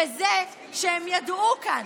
וזה שהם ידעו כאן,